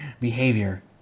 behavior